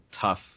tough